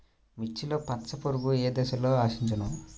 మిర్చిలో పచ్చ పురుగు ఏ దశలో ఆశించును?